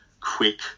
quick